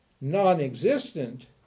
non-existent